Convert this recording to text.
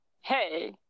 hey